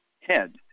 head